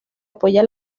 apoya